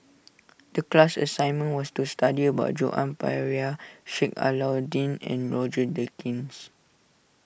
the class assignment was to study about Joan Pereira Sheik Alau'ddin and Roger Jenkins